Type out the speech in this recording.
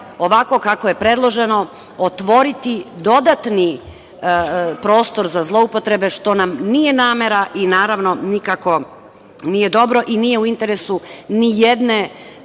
ovako kako je predloženo otvoriti dodatni prostor za zloupotrebe, što nam nije namera i nikako nije dobro i nije u interesu ni jedne